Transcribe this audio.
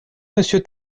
monsieur